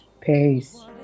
Peace